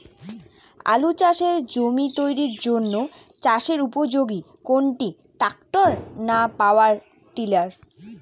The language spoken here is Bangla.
আলু চাষের জমি তৈরির জন্য চাষের উপযোগী কোনটি ট্রাক্টর না পাওয়ার টিলার?